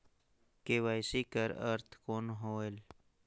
KYC कर अर्थ कौन होएल?